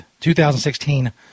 2016